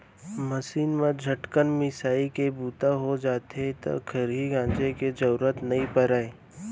machine म झटकन मिंसाइ के बूता हो जाथे त खरही गांजे के जरूरते नइ परय